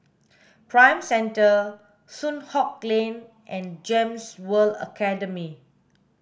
Prime Centre Soon Hock Lane and GEMS World Academy